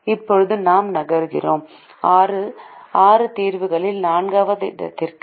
இப்போது நாம் நகர்கிறோம் ஆறு தீர்வுகளில் 4 வது இடத்திற்கு